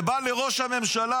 ובא לראש הממשלה,